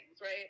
right